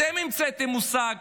אתם המצאתם את המושג